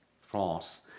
France